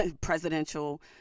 presidential